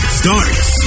starts